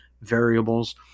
variables